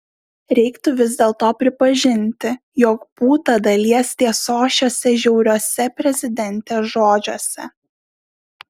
reiktų vis dėlto pripažinti jog būta dalies tiesos šiuose žiauriuose prezidentės žodžiuose